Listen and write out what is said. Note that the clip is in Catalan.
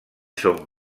són